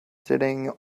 sitting